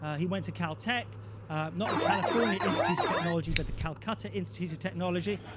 he went to caltech not the california institute of technology, but the calcutta institute of technology.